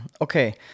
okay